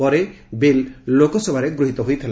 ପରେ ବିଲ୍ ଲୋକସଭାରେ ଗୃହୀତ ହୋଇଥିଲା